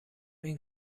این